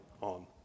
on